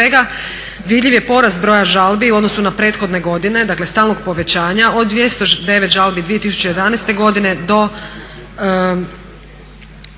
svega vidljiv je porast broja žalbi u odnosu na prethodne godine dakle stalnog povećanja od 209 žalbi 2011.godine do